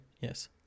Yes